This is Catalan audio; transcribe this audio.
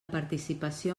participació